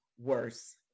worse